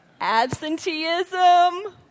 absenteeism